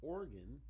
Oregon